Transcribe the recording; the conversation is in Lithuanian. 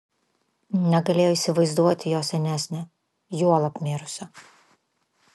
negalėjo įsivaizduoti jo senesnio juolab mirusio